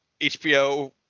HBO